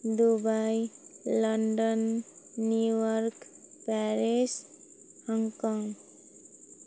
Dubai London New York Paris Hong Kong